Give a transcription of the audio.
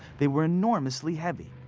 they were enormously heavy.